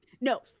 No